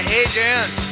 agent